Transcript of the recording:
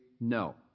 No